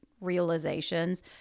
realizations